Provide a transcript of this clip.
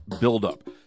buildup